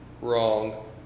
wrong